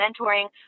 mentoring